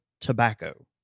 tobacco